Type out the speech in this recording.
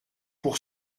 pour